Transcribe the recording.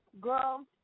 Girl